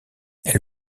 elle